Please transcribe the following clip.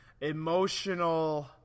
emotional